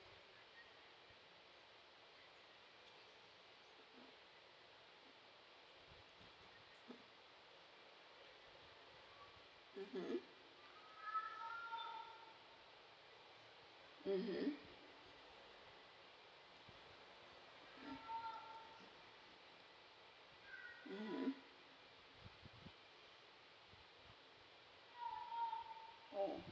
mm mm mm